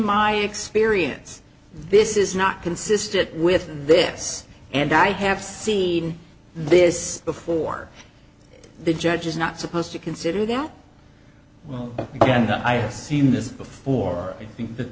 my experience this is not consistent with this and i have seen this before the judge is not supposed to consider that well and i have seen this before i think that